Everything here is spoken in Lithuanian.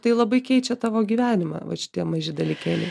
tai labai keičia tavo gyvenimą vat šitie maži dalykėliai